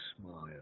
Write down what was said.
smile